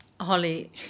Holly